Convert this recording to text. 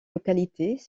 localités